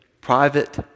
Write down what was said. private